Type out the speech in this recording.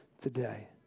today